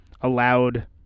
allowed